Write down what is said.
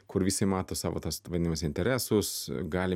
kur visi mato savo tuos vadinamus interesus gali